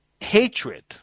hatred